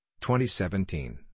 2017